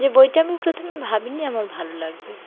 যে বইটা আমি প্রথমে ভাবিনি আমার ভালো লাগবে